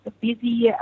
busy